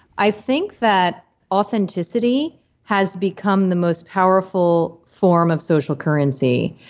i think that authenticity has become the most powerful form of social currency.